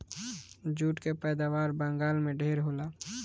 jute कअ पैदावार बंगाल में ढेर होला